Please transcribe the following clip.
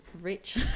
rich